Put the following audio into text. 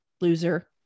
Loser